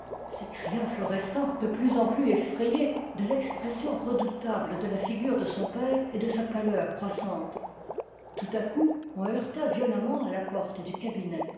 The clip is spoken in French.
s'écria florestan de plus en plus effrayé de l'expression redoutable de la figure de son père et de sa pâleur croissante tout à coup on heurta violemment à la porte du cabinet